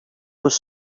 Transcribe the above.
was